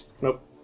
Nope